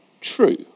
true